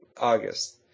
August